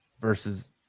versus